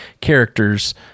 characters